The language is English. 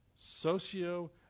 socio